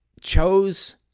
chose